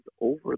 over